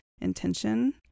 intention